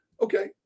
Okay